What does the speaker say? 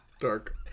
dark